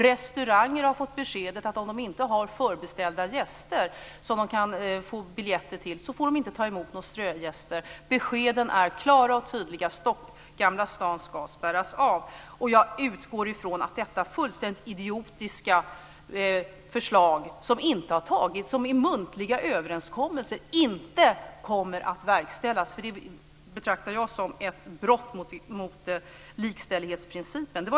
Restauranger har fått beskedet att om de inte har förbeställda gäster som de kan få biljetter till, får de inte ta emot några strögäster. Beskeden är klara och tydliga. Gamla stan ska spärras av. Jag utgår från att detta fullständigt idiotiska förslag, som bygger på muntliga överenskommelser, inte kommer att verkställas. Jag skulle betrakta det som ett brott mot likställighetsprincipen.